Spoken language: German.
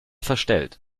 verstellt